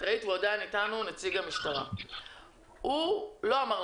עצוב שנציגי המשטרה והמשרד לביטחון הפנים לא הסכימו להגיע היום לדיון.